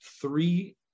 three